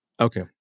Okay